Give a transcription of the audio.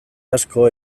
asko